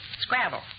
Scrabble